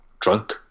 drunk